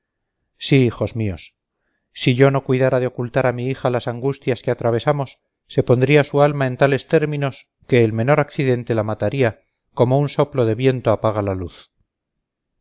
sí hijos míos si yo no cuidara de ocultar a mi hija las angustias que atravesamos se pondría su alma en tales términos que el menor accidente la mataría como un soplo de viento apaga la luz